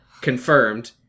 confirmed